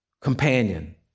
companion